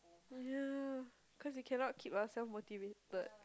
ya cause you cannot keep yourself motivated